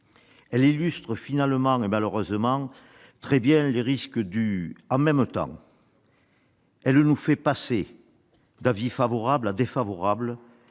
Elle illustre finalement et malheureusement très bien les risques du « en même temps ». Elle fait en effet passer nos avis de favorables à défavorables